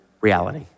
reality